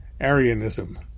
Arianism